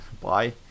bye